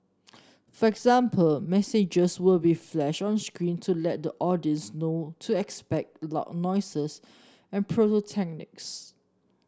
for example messages will be flashed on screen to let the audience know to expect loud noises and pyrotechnics